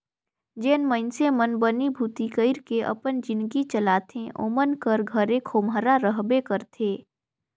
जेन मइनसे मन बनी भूती कइर के अपन जिनगी चलाथे ओमन कर घरे खोम्हरा रहबे करथे